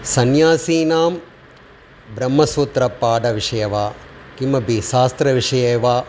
सन्यासीनां ब्रह्मसूत्रपाठविषयः वा किमपि शास्त्रविषये वा